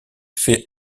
fait